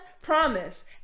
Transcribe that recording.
promise